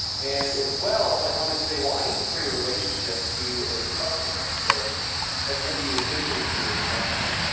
and as well, if i come and say, well, i need to create a relationship to a customer, so that's going to be associated to a customer.